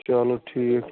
چلو ٹھیٖک